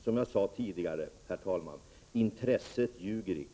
Som jag sade tidigare, herr talman: Intresset ljuger icke.